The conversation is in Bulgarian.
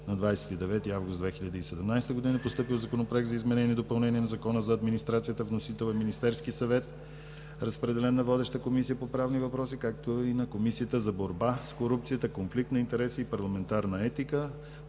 На 29 август 2017 г. е постъпил Законопроект за изменение и допълнение на Закона за администрацията. Вносител е Министерският съвет. Разпределен е на водеща Комисия по правни въпроси, както и на Комисията за борба с корупцията, конфликт на интереси и парламентарна етика.